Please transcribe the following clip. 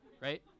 right